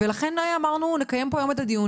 ולכן אמרנו שנקיים פה היום את הדיון,